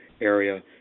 area